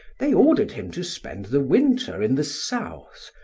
they ordered him to spend the winter in the south,